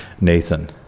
Nathan